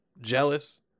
jealous